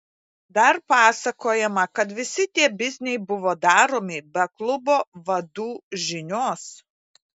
dar pasakojama kad visi tie bizniai buvo daromi be klubo vadų žinios